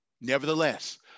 Nevertheless